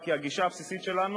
כי הגישה הבסיסית שלנו,